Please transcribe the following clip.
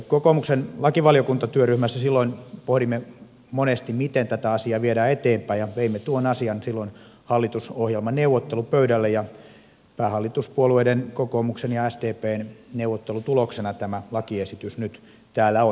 kokoomuksen lakivaliokuntatyöryhmässä silloin pohdimme monesti miten tätä asiaa viedään eteenpäin ja veimme tuon asian silloin hallitusohjelmaneuvottelupöydälle ja päähallituspuolueiden kokoomuksen ja sdpn neuvottelutuloksena tämä lakiesitys nyt täällä on